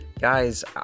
guys